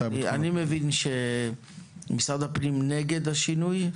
אני מבין שהמשרד לביטחון פנים נגד השינוי,